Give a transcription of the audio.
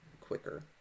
quicker